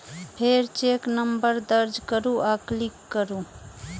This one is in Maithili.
फेर चेक नंबर दर्ज करू आ क्लिक करू